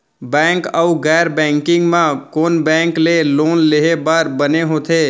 Bank अऊ गैर banking म कोन बैंक ले लोन लेहे बर बने होथे?